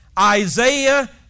Isaiah